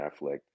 Affleck